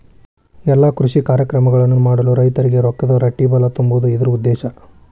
ಎಲ್ಲಾ ಕೃಷಿ ಕಾರ್ಯಕ್ರಮಗಳನ್ನು ಮಾಡಲು ರೈತರಿಗೆ ರೊಕ್ಕದ ರಟ್ಟಿಬಲಾ ತುಂಬುದು ಇದ್ರ ಉದ್ದೇಶ